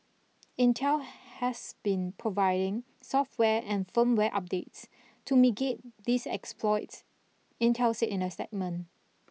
Intel has been providing software and firmware updates migate these exploits Intel said in a statement